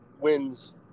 wins